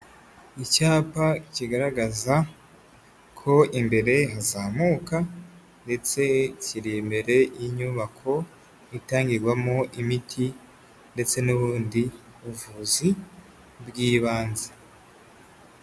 Icyapa kigaragaza ko imbere hazamuka ndetse kiri imbere y'inyubako itangirwagwamo imiti ndetse n'ubundi buvuzi bw'ibanze.